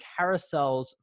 carousels